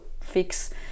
fix